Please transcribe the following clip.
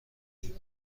این